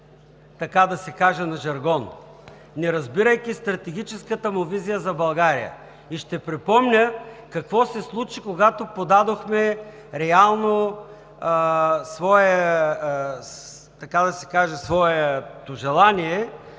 така да се каже, на жаргон, не разбирайки стратегическата му визия за България. И ще припомня какво се случи, когато подадохме реално, така да се